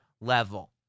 level